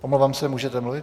Omlouvám se, můžete mluvit.